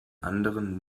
anderen